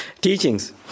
teachings